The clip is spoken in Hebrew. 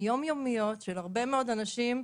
יום-יומיות של הרבה מאוד אנשים,